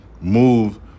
move